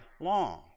long